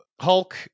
Hulk